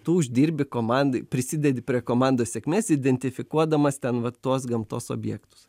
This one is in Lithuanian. tu uždirbi komandai prisidedi prie komandos sėkmės identifikuodamas ten va tos gamtos objektus